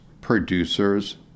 producers